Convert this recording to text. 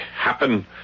happen